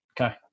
Okay